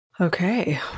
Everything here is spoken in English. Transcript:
Okay